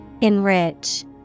Enrich